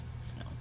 snow